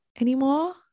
anymore